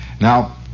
Now